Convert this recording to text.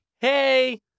hey